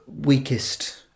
weakest